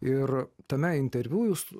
ir tame interviu jūs